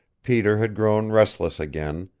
peter had grown restless again,